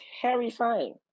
terrifying